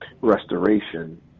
restoration